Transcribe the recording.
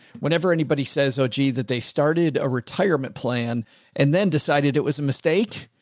whenever anybody says, oh, gee, that they started a retirement plan and then decided it was a mistake.